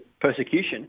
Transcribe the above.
persecution